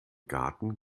garten